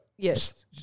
Yes